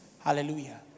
Hallelujah